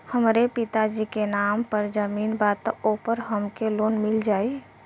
हमरे पिता जी के नाम पर जमीन बा त ओपर हमके लोन मिल जाई?